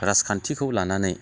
राजखान्थिखौ लानानै